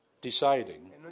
deciding